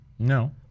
No